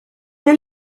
peux